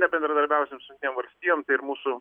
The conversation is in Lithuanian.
nebendradarbiausim su jungtinėm valstijom tai ir mūsų